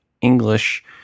English